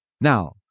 Now